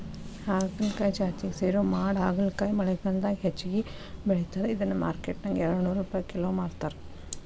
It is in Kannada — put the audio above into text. ಹಾಗಲಕಾಯಿ ಜಾತಿಗೆ ಸೇರೋ ಮಾಡಹಾಗಲಕಾಯಿ ಮಳೆಗಾಲದಾಗ ಹೆಚ್ಚಾಗಿ ಬೆಳಿತದ, ಇದನ್ನ ಮಾರ್ಕೆಟ್ನ್ಯಾಗ ಎರಡನೂರ್ ರುಪೈ ಕಿಲೋ ಮಾರ್ತಾರ